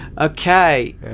Okay